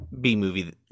B-movie